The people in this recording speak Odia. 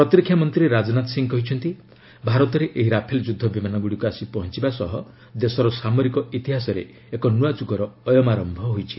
ପ୍ରତିରକ୍ଷା ମନ୍ତ୍ରୀ ରାଜନାଥ ସିଂହ କହିଛନ୍ତି ଭାରତରେ ଏହି ରାଫେଲ୍ ଯୁଦ୍ଧ ବିମାନଗୁଡ଼ିକ ଆସି ପହଞ୍ଚିବା ସହ ଦେଶର ସାମରିକ ଇତିହାସରେ ଏକ ନୂଆ ଯୁଗର ଅୟମାର୍ୟ ହୋଇଛି